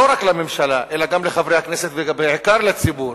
לא רק לממשלה אלא גם לחברי הכנסת ובעיקר לציבור,